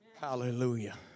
Hallelujah